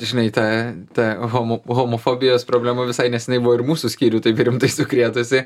žinai ta ta homo homofobijos problema visai neseniai buvo ir mūsų skyrių taip rimtai sukrėtusi